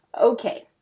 Okay